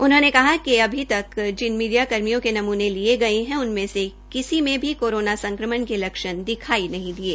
उनहोंने कहा कि अभी तक जिन मीडिया कर्मियों के नमूने लिये गये है उनमें से किसी में भी कोरोना संक्रमण के लक्षण दिखाई नही दिये